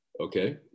okay